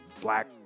black